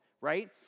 right